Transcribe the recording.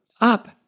up